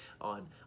on